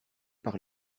par